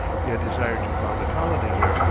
he had desired to found a colony here,